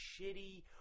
shitty